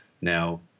Now